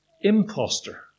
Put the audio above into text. imposter